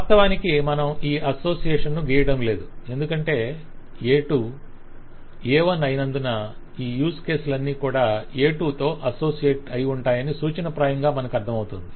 వాస్తవానికి మనం ఈ అసోసియేషన్ ను గీయడం లేదు ఎందుకంటే A2 A1 అయినందున ఈ యూజ్ కేసలన్నీ కూడా A2 తో అసోసియేట్ అయిఉంటాయని సూచనప్రాయంగా మనకు అర్ధమవుతుంది